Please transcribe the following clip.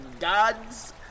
gods